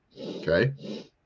okay